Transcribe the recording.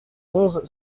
onze